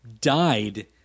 died